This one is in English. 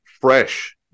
fresh